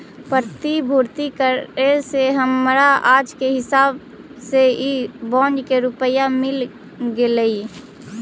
प्रतिभूति करे से हमरा आज के हिसाब से इ बॉन्ड के रुपया मिल गेलइ